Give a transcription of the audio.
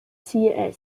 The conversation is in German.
ziel